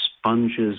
sponges